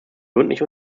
gründlich